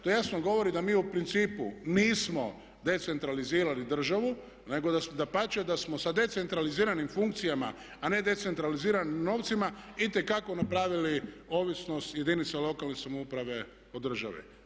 To jasno govori da mi u principu nismo decentralizirali državu nego dapače da smo sa decentraliziranim funkcijama, a ne decentraliziranim novcima itekako napravili ovisnost jedinica lokalne samouprave o državi.